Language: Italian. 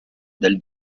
del